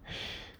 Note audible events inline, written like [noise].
[breath]